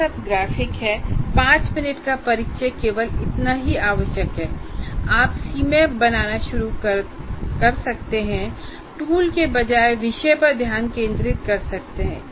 यह सब ग्राफिक है 5 मिनट का परिचय केवल इतना ही आवश्यक है और आप सीमैप बनाना शुरू कर सकते हैं और टूल के बजाय विषय पर ध्यान केंद्रित कर सकते हैं